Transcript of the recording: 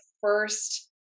first